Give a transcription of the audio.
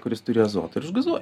kuris turi azoto ir išgazuoji